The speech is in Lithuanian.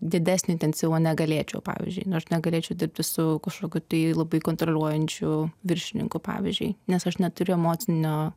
didesnio intensyvumo negalėčiau pavyzdžiui nu aš negalėčiau dirbti su kažkokiu tai labai kontroliuojančiu viršininku pavyzdžiui nes aš neturiu emocinio